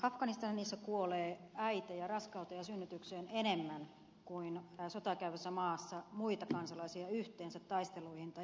afganistanissa kuolee äitejä raskauteen ja synnytykseen enemmän kuin sotaa käyvässä maassa muita kansalaisia yhteensä taisteluihin tai attentaatteihin